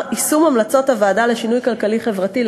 יישום המלצות הוועדה לשינוי כלכלי-חברתי,